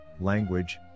Language